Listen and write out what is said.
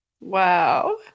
Wow